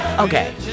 Okay